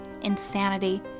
insanity